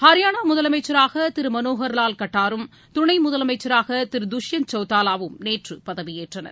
ஹரியானா முதலமைச்சராக திரு மனோகா்லால் கட்டார் ம் துணை முதலமைச்சராக திரு துஷ்யந்த் சவுதாவாவும் நேற்று பதவியேற்றனர்